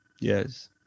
yes